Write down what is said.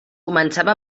començava